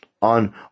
On